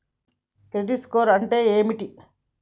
Credit score అంటే ఏమిటి?